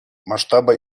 масштабы